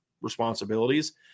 responsibilities